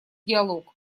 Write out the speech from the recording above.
диалог